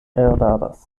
eraras